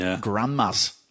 grandmas